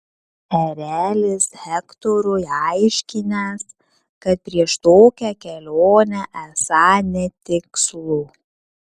erelis hektorui aiškinęs kad prieš tokią kelionę esą netikslu